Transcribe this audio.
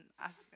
ask